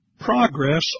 progress